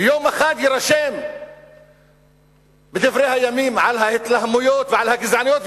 ויום אחד יירשם בדברי הימים על ההתלהמויות ועל הגזענויות,